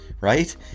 right